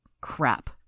Crap